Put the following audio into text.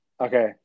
Okay